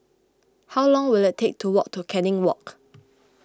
how long will it take to walk to Canning Walk